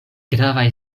gravaj